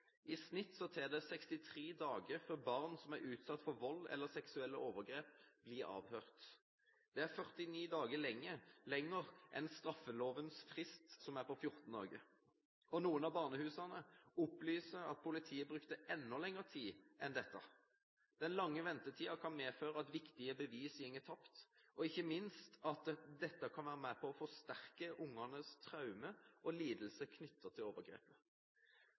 I snitt tar det 63 dager før barn som er utsatt for vold eller seksuelle overgrep, blir avhørt. Det er 49 dager lenger enn straffelovens frist, som er på 14 dager. Noen av barnehusene opplyser at politiet brukte enda lengre tid enn dette. Den lange ventetiden kan medføre at viktige bevis går tapt, ikke minst at dette kan være med på å forsterke ungenes traumer og lidelser knyttet til